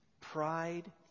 Pride